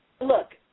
look